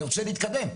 אני רוצה להתקדם.